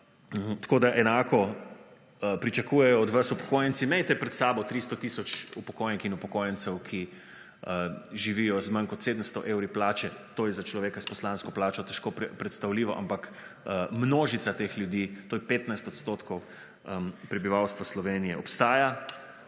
tako da enako od vas pričakujejo upokojenci. Imejte pred sabo 300 tisoč upokojenk in upokojencev, ki živijo z manj kot 700 evri plače. To je za človeka s poslansko plačo težko predstavljivo, ampak množica teh ljudi, to je 15 % prebivalstva Slovenije, obstaja,